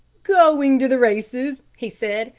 going to the races, he said,